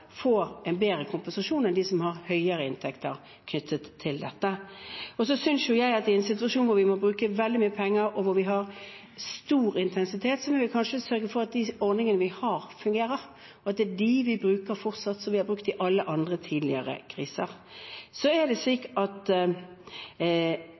en bedre kompensasjon enn de som har høyere inntekter, i denne sammenhengen. I en situasjon hvor vi må bruke veldig mye penger og har stor intensitet, må vi kanskje sørge for at de ordningene vi har, fungerer, og at det er de som vi har brukt i alle andre tidligere kriser, vi bruker fortsatt. De tiltakene som er